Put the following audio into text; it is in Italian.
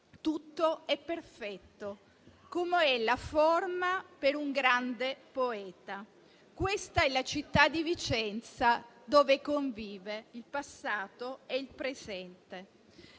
disegni: perfettamente come è la forma per un grande poeta.». Questa è la città di Vicenza, dove convivono il passato e il presente.